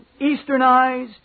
easternized